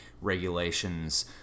regulations